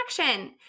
action